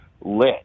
lit